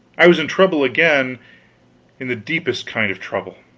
i was in trouble again in the deepest kind of trouble.